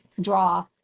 draw